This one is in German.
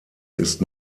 ist